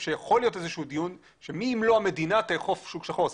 שזה לא לדיון שמי אם לא המדינה תאכוף שוק שחור.